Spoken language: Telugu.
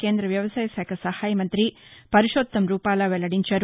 కేంద్రద వ్యవసాయ శాఖ సహాయ మంతి పరుషోత్తం రూపాల వెల్లడించారు